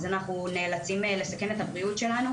אז אנחנו נאלצים לסכן את הבריאות שלנו